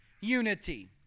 unity